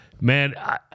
Man